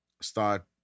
start